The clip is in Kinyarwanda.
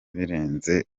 birenze